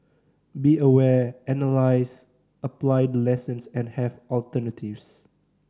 be aware analyse apply the lessons and have alternatives